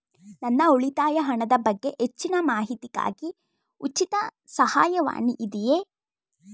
ನನ್ನ ಉಳಿತಾಯ ಹಣದ ಬಗ್ಗೆ ಹೆಚ್ಚಿನ ಮಾಹಿತಿಗಾಗಿ ಉಚಿತ ಸಹಾಯವಾಣಿ ಇದೆಯೇ?